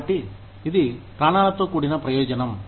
కాబట్టి ఇది ప్రాణాలతో కూడిన ప్రయోజనం